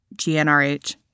GNRH